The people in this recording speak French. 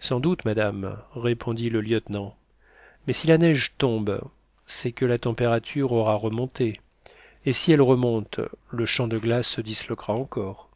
sans doute madame répondit le lieutenant mais si la neige tombe c'est que la température aura remonté et si elle remonte le champ de glace se disloquera encore